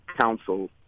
council